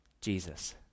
Jesus